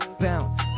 bounce